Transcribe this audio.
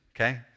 okay